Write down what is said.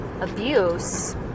abuse